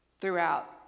throughout